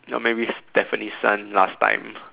or maybe Stephanie Sun last time